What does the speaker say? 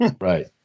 Right